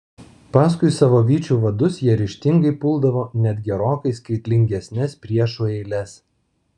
paskui savo vyčių vadus jie ryžtingai puldavo net gerokai skaitlingesnes priešų eiles